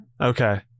okay